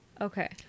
Okay